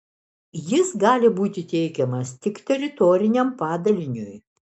jis gali būti teikiamas tik teritoriniam padaliniui